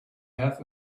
have